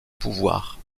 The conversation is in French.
pouvoir